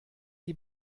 die